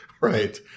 Right